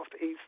east